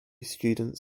students